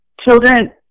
children